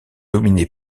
dominé